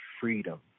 freedom